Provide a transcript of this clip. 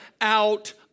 out